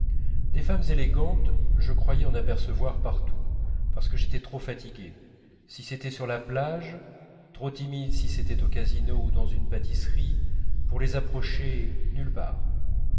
des femmes élégantes je croyais en apercevoir partout parce que j'étais trop fatigué si c'était sur la plage trop timide si c'était au casino ou dans une pâtisserie pour les approcher nulle part